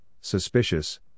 suspicious